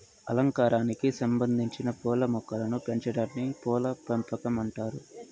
అలంకారానికి సంబందించిన పూల మొక్కలను పెంచాటాన్ని పూల పెంపకం అంటారు